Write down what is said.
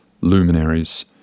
luminaries